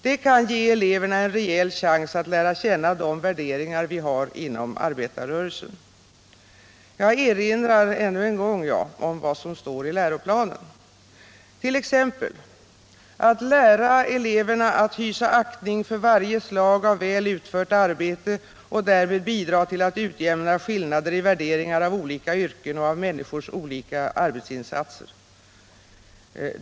—-—- det kan ge eleverna en rejäl chans att lära känna de värderingar vi har inom arbetarrörelsen.” Jag erinrar ännu en gång om vad som står i läroplanen, t.ex. om att lära eleverna att hysa aktning för varje slag av väl utfört arbete och därmed bidra till att utjämna skillnader i värderingar av olika yrken och av människors olika arbetsinsatser.